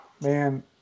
man